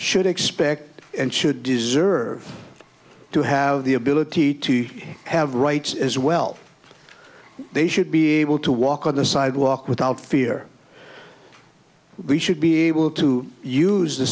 should expect and should deserve to have the ability to have rights as well they should be able to walk on the sidewalk without fear we should be able to use the